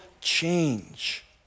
change